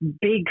big